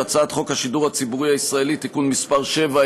הצעת חוק השידור הציבורי הישראלי (תיקון מס' 7),